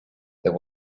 there